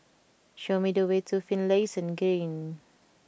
show me the way to Finlayson Green